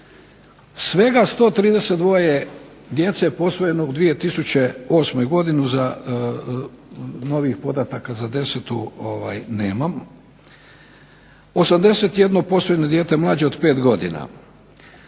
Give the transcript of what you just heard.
Svega 132 djece je posvojeno u 2008. godini, novih podataka za 2010. nemam. 81 posvojeno dijete je mlađe od 5 godina.